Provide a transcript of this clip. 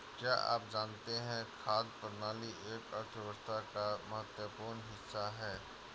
क्या आप जानते है खाद्य प्रणाली एक अर्थव्यवस्था का महत्वपूर्ण हिस्सा है?